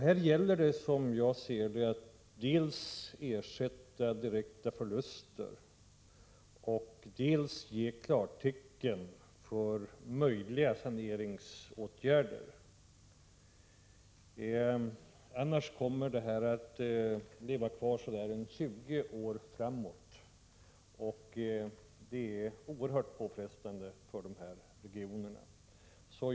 Här gäller det, som jag ser det, att dels ersätta direkta förluster, dels ge klartecken för möjliga saneringsåtgärder. Annars kommer de problem jag har berört i min fråga att leva kvar så där en tjugo år framåt, och det är oerhört påfrestande för de här regionerna.